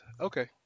Okay